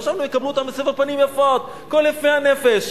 חשבתי שיקבלו אותם בסבר פנים יפות, כל יפי הנפש.